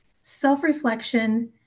Self-reflection